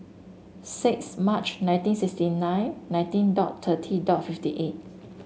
six March nineteen sixty nine nineteen dot thirty dot fifty eight